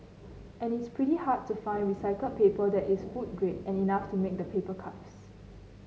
and it's pretty hard to find recycled paper that is food grade and enough to make the paper cups